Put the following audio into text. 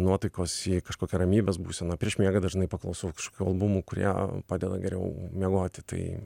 nuotaikos jei kažkokia ramybės būsena prieš miegą dažnai paklausau kažkokių albumų kurie padeda geriau miegoti tai